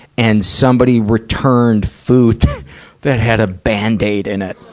and somebody returned food that had a band-aid in it.